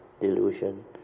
delusion